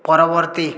পরবর্তী